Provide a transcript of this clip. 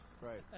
Right